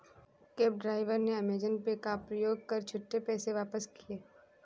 cab driver ने Amazon Pay का प्रयोग कर छुट्टे पैसे वापस किए